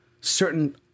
certain